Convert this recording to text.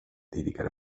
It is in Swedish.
tidigare